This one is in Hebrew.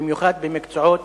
במיוחד במקצועות